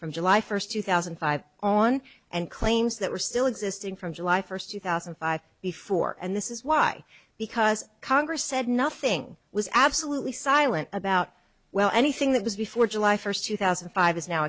from july first two thousand and five on and claims that we're still existing from july first two thousand and five before and this is why because congress said nothing was absolutely silent about well anything that was before july first two thousand and five is now